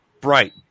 Bright